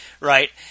Right